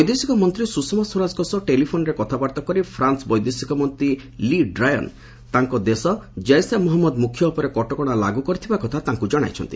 ବୈଦେଶିକ ମନ୍ତ୍ରୀ ସ୍ରଷମା ସ୍ୱରାଜଙ୍କ ସହ ଟେଲିଫୋନ୍ରେ କଥାବାର୍ତ୍ତା କରି ଫ୍ରାନ୍ସ ବୈଦେଶିକ ମନ୍ତ୍ରୀ ଲି ଡ୍ରାୟନ୍ ତାଙ୍କ ଦେଶ ଜେିସେ ମହମ୍ମଦ ମୁଖ୍ୟ ଉପରେ କଟକଣା ଲାଗୁ କରିଥିବା କଥା ତାଙ୍କୁ ଜଣାଇଛନ୍ତି